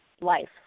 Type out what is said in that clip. life